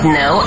no